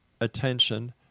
attention